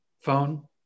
phone